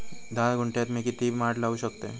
धा गुंठयात मी किती माड लावू शकतय?